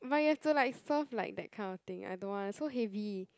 but you have to like serve like that kind of thing I don't want so heavy